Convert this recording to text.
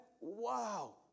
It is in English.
Wow